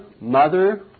mother